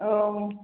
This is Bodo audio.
औ